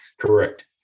Correct